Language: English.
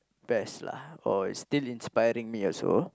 best lah or it's still inspiring me also